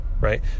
right